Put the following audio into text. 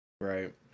right